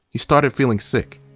he started feeling sick.